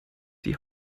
die